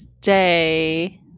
stay